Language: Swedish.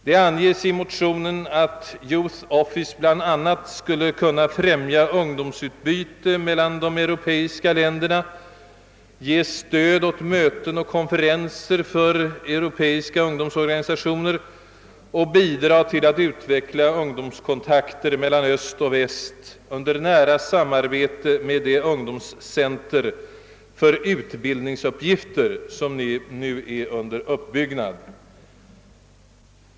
Det anges i motionen i Europarådet att Youth Office bl a. skulle kunna främja ungdomsutbytet mellan de europeiska länderna, ge stöd åt möten och konferenser för europeiska ungdomsorganisationer och bidra till att utveckla ungdomskontakter mellan öst och väst 1 nära samarbete med det ungdomscentrum för utbildningsuppgifter, som nu är under uppbyggnad.